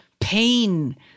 pain